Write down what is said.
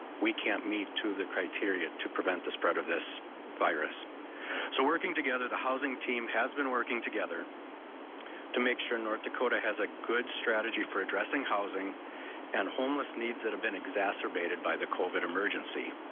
we can't meet two of the criteria to prevent the spread of the virus so working together, the housing team has been working together to make sure north dakota has a good strategy for addressing housing and homeless needs that have been exacerbated by the covid emergency.